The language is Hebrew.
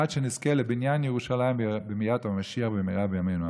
עד שנזכה לבניין ירושלים ולביאת המשיח במהרה בימינו,